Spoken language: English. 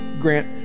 grant